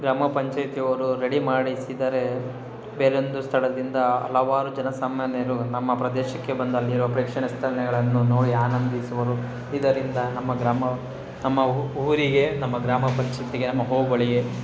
ಗ್ರಾಮ ಪಂಚಾಯಿತಿ ಅವರು ರೆಡಿ ಮಾಡಿಸಿದರೆ ಬೇರೆ ಒಂದು ಸ್ಥಳದಿಂದ ಹಲವಾರು ಜನಸಾಮಾನ್ಯರು ನಮ್ಮ ಪ್ರದೇಶಕ್ಕೆ ಬಂದು ಅಲ್ಲಿರೋ ಪ್ರೆಕ್ಷಣೀಯ ಸ್ಥಳಗಳನ್ನು ನೋಡಿ ಆನಂದಿಸುವರು ಇದರಿಂದ ನಮ್ಮ ಗ್ರಾಮ ನಮ್ಮ ಊರಿಗೆ ನಮ್ಮ ಗ್ರಾಮ ಪಂಚಾಯ್ತಿಗೆ ನಮ್ಮ ಹೋಬಳಿ